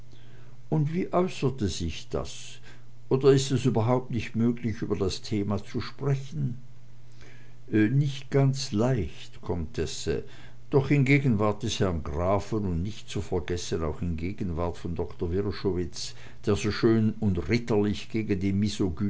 und wie äußerte sich das oder ist es überhaupt nicht möglich über das thema zu sprechen nicht ganz leicht comtesse doch in gegenwart des herrn grafen und nicht zu vergessen auch in gegenwart von doktor wrschowitz der so schön und ritterlich gegen die